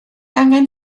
angen